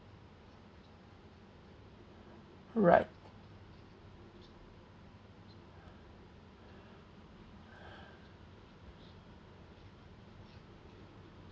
right